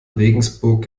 regensburg